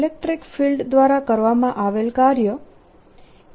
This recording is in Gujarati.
ઇલેક્ટ્રીક ફિલ્ડ દ્વારા કરવામાં આવેલ કાર્ય E